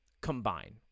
combine